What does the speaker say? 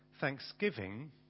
thanksgiving